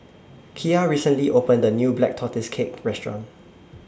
Kiya recently opened A New Black Tortoise Cake Restaurant